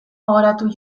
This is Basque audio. gogoratu